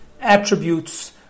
attributes